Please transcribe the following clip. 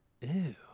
Ew